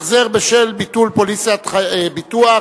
החזר בשל ביטול פוליסת ביטוח).